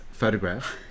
photograph